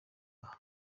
aha